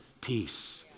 peace